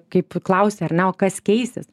kaip klausia ar ne o kas keisis